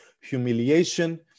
humiliation